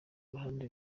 uruhande